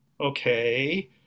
okay